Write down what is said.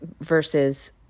versus